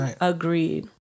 Agreed